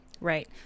right